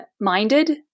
minded